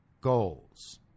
goals